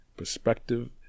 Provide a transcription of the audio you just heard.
perspective